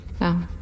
No